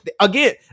Again